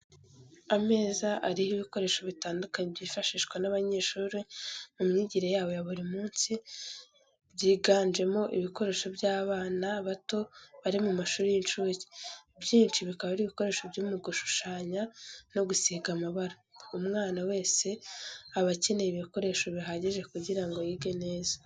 Ameza ariho ibikoresho bitandukanye byifashishwa n'abanyeshuri mu myigire yabo ya buri munsi, byiganjemo ibikoreshwa n'abana bato bari mu mashuri y'incuke, ibyinshi bikaba ari ibikoreshwa mu gushushanya no gusiga amabara, umwana wese aba akeneye ibikoresho bihagije kugira ngo yige neza.